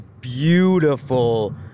beautiful